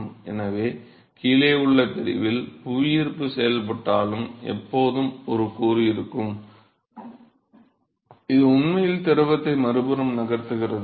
எனவே கீழே உள்ள பிரிவில் புவியீர்ப்பு செயல்பட்டாலும் எப்போதும் ஒரு கூறு இருக்கும் இது உண்மையில் திரவத்தை மறுபுறம் நகர்த்துகிறது